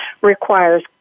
requires